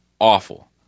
Awful